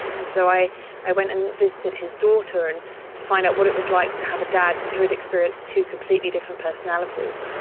and so i i went and visited his daughter and to find out what it was like to have a dad who'd experienced two completely different personalities.